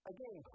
Again